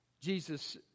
Jesus